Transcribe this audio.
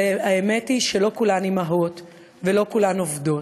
אבל האמת היא שלא כולן אימהות ולא כולן עובדות.